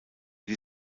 die